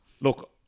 Look